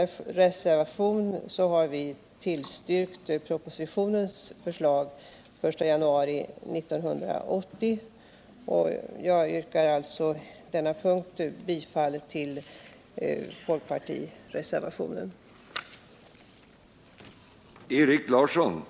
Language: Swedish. I reservationen 2 har vi tillstyrkt förslaget i propositionen att ange tidpunkten till den 1 januari 1980. På denna punkt yrkar jag alltså bifall till den folkpartistiska reservationen 2.